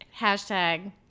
hashtag